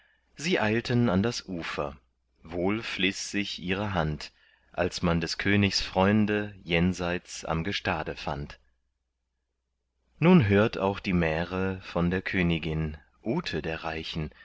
sie eilten an das ufer wohl fliß sich ihre hand als man des königs freunde jenseits am gestade fand nun hört auch die märe von der königin ute der reichen